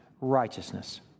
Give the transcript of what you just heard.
Righteousness